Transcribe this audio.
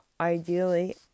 ideally